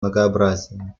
многообразия